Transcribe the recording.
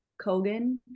Kogan